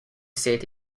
seat